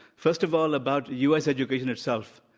first of all, about u. s. education itself,